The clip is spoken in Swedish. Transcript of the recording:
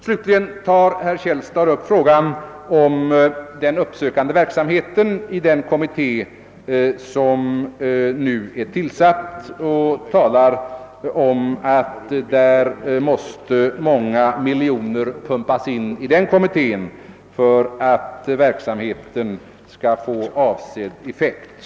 Slutligen tog herr Källstad upp den uppsökande verksamheten i den nu till-, satta kommittén och sade att miljoner måste pumpas in i den kommitténs arbete för att verksamheten skall få avsedd effekt.